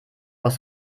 aus